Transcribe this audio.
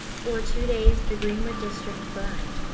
for two days, the greenwood district burned.